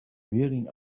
wearing